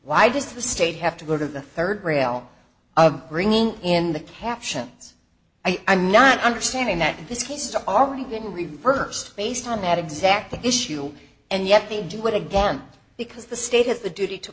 why does the state have to go to the third rail bringing in the captions i'm not understanding that this case is already been reversed based on that exact issue and yet they do it again because the state has the duty to